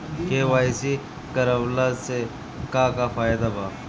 KYC करवला से का का फायदा बा?